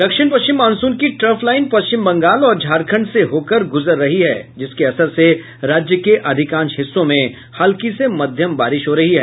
दक्षिण पश्चिम मॉनसून की ट्रफ लाईन पश्चिम बंगाल और झारखंड से होकर गुजर रही है जिसके असर से राज्य के अधिकांश हिस्सों में हल्की से मध्यम बारिश हो रही है